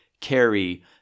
carry